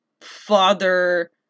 father